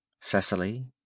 Cecily